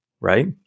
right